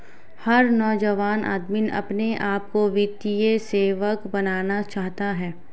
हर नौजवान आदमी अपने आप को वित्तीय सेवक बनाना चाहता है